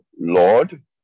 Lord